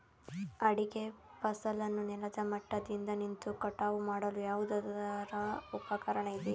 ಅಡಿಕೆ ಫಸಲನ್ನು ನೆಲದ ಮಟ್ಟದಿಂದ ನಿಂತು ಕಟಾವು ಮಾಡಲು ಯಾವುದಾದರು ಉಪಕರಣ ಇದೆಯಾ?